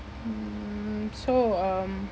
mm so um